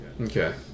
Okay